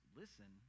listen